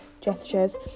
gestures